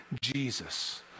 Jesus